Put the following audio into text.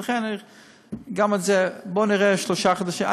לכן גם את זה בואו נראה עוד שלושה חודשים.